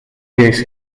geest